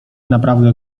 naprawdę